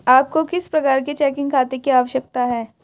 आपको किस प्रकार के चेकिंग खाते की आवश्यकता है?